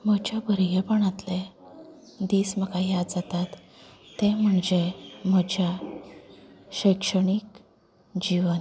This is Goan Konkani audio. म्हजे भुरगेपणांतले दीस म्हाका याद जातात ते म्हणजे म्हज्या शैक्षणीक जिवन